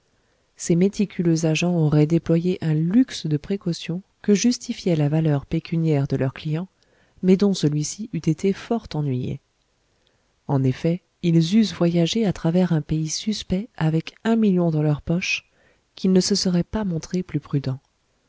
ces méticuleux agents auraient déployé un luxe de précautions que justifiait la valeur pécuniaire de leur client mais dont celui-ci eût été fort ennuyé en effet ils eussent voyagé à travers un pays suspect avec un million dans leur poche qu'ils ne se seraient pas montrés plus prudents